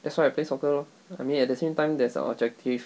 that's why I play soccer lor I mean at the same time there's an objective